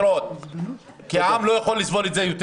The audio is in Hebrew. כי העם לא יכול לסבול את זה יותר.